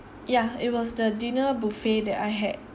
ya it was the dinner buffet that I had